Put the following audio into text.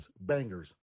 bangers